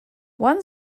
one